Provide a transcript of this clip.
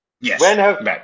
yes